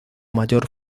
mayor